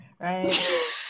right